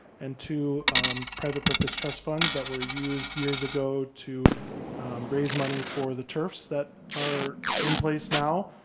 and two private purpose trust funds that were used years ago to raise money for the turfs that are in place now.